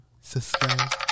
Subscribe